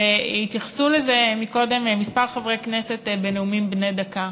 התייחסו לזה קודם כמה חברי כנסת בנאומים בני דקה.